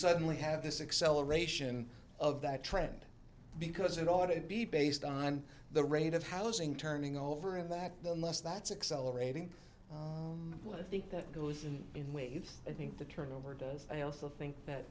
suddenly have this excel aeration of that trend because it ought to be based on the rate of housing turning over and that the less that's excel orating well i think that goes on in ways i think the turnover does i also think that